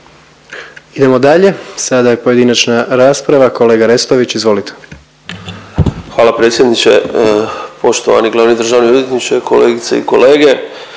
Idemo dalje, sada pojedinačna rasprava kolega Restović izvolite. **Restović, Tonči (SDP)** Hvala predsjedniče. Poštovani glavni državni odvjetniče, kolegice i kolege.